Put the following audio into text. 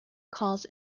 calls